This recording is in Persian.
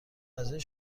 غذایی